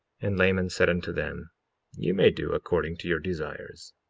and laman said unto them you may do according to your desires.